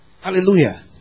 Hallelujah